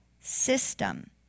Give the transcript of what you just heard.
system